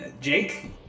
Jake